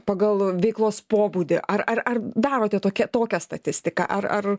pagal veiklos pobūdį ar ar ar darote tokia tokią statistiką ar ar